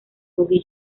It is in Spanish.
vogue